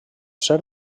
ser